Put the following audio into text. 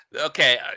okay